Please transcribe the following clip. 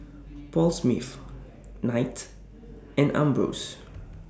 Paul Smith Knight and Ambros